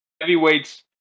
Heavyweights